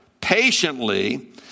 patiently